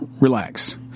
Relax